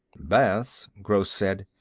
baths? gross said.